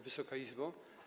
Wysoka Izbo!